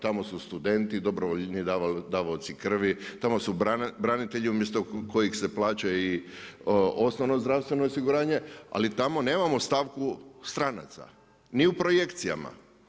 Tamo su studenti, dobrovoljni davaoci krvi, tamo su branitelji umjesto kojih se plaća i osnovno zdravstveno osiguranje, ali tamo nemamo stavku stranaca ni u projekcijama.